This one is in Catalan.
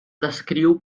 descriu